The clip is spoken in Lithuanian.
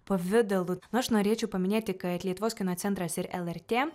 pavidalu aš norėčiau paminėti kad lietuvos kino centras ir lrt